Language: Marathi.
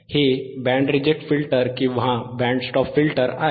हे बँड रिजेक्ट किंवा बँड स्टॉप फिल्टर आहे